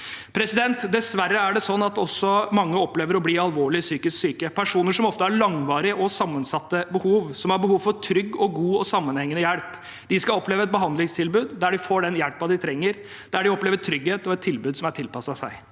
rett nivå. Dessverre er det sånn at mange også opplever å bli alvorlig psykisk syke. Personer som ofte har langvarige og sammensatte behov, som har behov for trygg og god og sammenhengende hjelp, skal oppleve et behandlingstilbud der de får den hjelpen de trenger, der de opplever trygghet og et tilbud som er tilpasset dem.